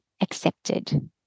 accepted